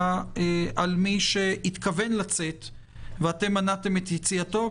על מי שהתכוון לצאת ואתם מנעתם את יציאתו,